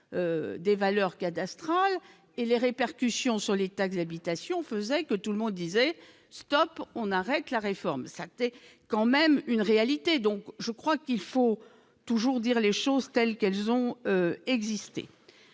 des valeurs cadastrales et les répercussions sur les taxes habitation faisait que tout le monde disait ce top pour qu'on arrête la réforme, ça t'es quand même une réalité, donc je crois qu'il faut toujours dire les choses telles qu'elles ont existé,